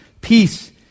peace